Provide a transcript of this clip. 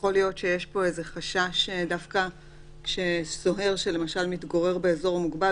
יכול להיות שיש פה חשש שסוהר שמתגורר במקום מוגבל